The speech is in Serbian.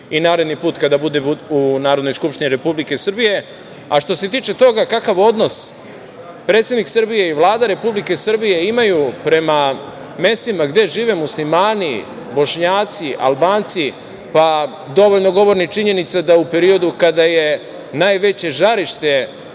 i naredni put kada bude u Narodnoj skupštini Republike Srbije. Što se tiče toga kakav odnos predsednik Srbije i Vlada Republike Srbije imaju prema mestima gde žive Muslimani, Bošnjaci, Albanci, pa dovoljno govori činjenica da u periodu kada je najveće žarište